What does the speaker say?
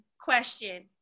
Question